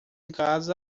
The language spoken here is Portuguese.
casa